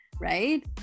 right